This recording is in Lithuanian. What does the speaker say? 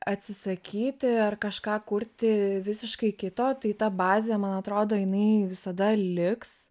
atsisakyti ar kažką kurti visiškai kito tai ta bazė man atrodo jinai visada liks